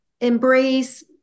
embrace